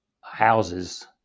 houses